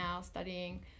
studying